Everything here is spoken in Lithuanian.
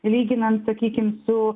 lyginant sakykim su